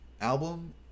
album